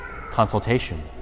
consultation